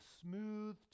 smooth